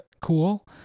cool